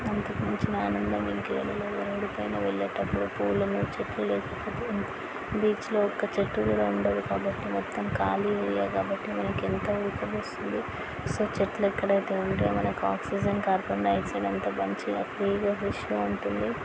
అంతకు మించిన ఆనందం ఇంకేమి లేదు ఎక్కడికైనా వెళ్ళేటప్పుడు పూలను చెట్లు లేకపోతే బీచ్లో ఒక్క చెట్టు కూడా ఉండదు కాబట్టి మొత్తం గాలి వీయదు కాబట్టి మనకి ఎంతో ఉడకపోస్తుంది సో చెట్లు ఎక్కడ అయితే ఉంటాయో మనకి ఆక్సిజన్ కార్బన్ డైఆక్సైడ్ అంత మంచిగా ఫ్రీగా ఫ్రెష్గా ఉంటుంది